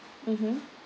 mmhmm